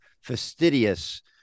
fastidious